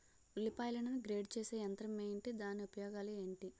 ఉల్లిపాయలను గ్రేడ్ చేసే యంత్రం ఏంటి? దాని ఉపయోగాలు ఏంటి?